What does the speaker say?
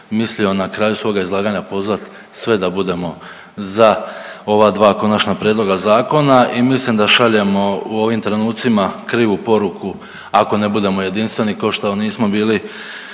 mislio na kraju svog izlaganja pozvati sve ga budemo za ova dva konačna prijedloga zakona i mislim da šaljemo u ovim trenucima krivu poruku, ako ne budemo jedinstveni, kao što nismo bili